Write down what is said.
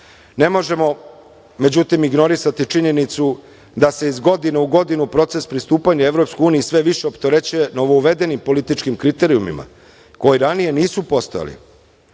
možemo, međutim, ignorisati činjenicu da se iz godine u godinu proces pristupanja EU sve više opterećuje novouvedenim političkim kriterijumima koji ranije nisu postojali.